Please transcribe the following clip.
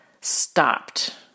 stopped